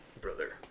brother